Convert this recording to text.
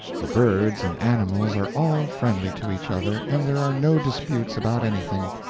the birds and animals are all friendly to each other, and there are no disputes about anything.